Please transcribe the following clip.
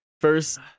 First